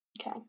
Okay